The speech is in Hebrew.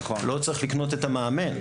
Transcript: לא צריך לקנות את המאמן,